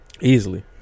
Easily